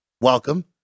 welcome